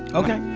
ok